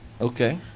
Okay